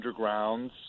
undergrounds